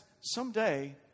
someday